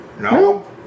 No